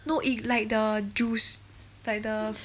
no it like the juice like the